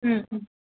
ம் ம்